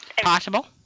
Possible